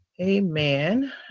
Amen